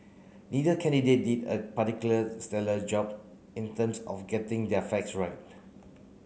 neither candidate did a particular stellar job in terms of getting their facts right